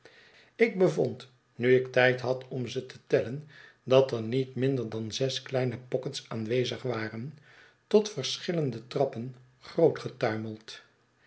ik bevond nu ik tijd had om ze te tellen dat er niet minder dan zes kleine pockets aanwezig waren tot verschillende trappen groot getuimeld